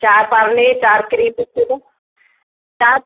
चारि पार्ले चारि cream biscuit चारि